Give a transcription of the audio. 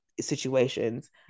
situations